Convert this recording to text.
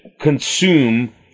consume